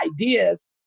ideas